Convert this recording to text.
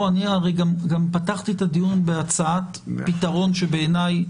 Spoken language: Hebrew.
הרי גם פתחתי את הדיון בהצעת פתרון שבעיניי